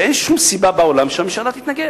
ואני חושב שאין שום סיבה בעולם שהממשלה תתנגד.